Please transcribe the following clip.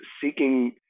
seeking